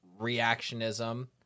reactionism